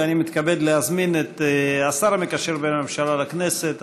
ואני מתכבד להזמין את השר המקשר בין הממשלה לכנסת,